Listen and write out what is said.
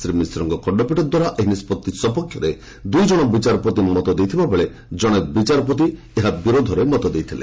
ଶ୍ରୀ ମିଶ୍ରଙ୍କ ଖଣ୍ଡପୀଠ ଦ୍ୱାରା ଏହି ନିଷ୍ପଭି ସପକ୍ଷରେ ଦୁଇ ଜଣ ବିଚାରପତି ମତ ଦେଇଥିବା ବେଳେ ଜଣେ ବିଚାରପତି ଏହା ବିରୋଧରେ ମତ ଦେଇଥିଲେ